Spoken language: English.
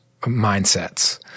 mindsets